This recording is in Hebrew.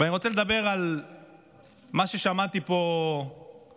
אני רוצה לדבר על מה ששמעתי פה קודם